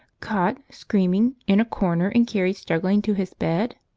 caught, screaming, in a corner, and carried struggling to his bed?